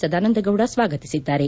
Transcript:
ಸದಾನಂದಗೌಡ ಸ್ವಾಗತಿಸಿದ್ದಾರೆ